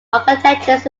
architectures